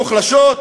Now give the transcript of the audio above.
משכונות מוחלשות?